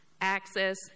access